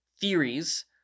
theories